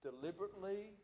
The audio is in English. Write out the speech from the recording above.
deliberately